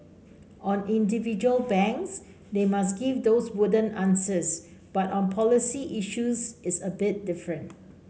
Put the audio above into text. on individual banks they must give those wooden answers but on policy issues it's a bit different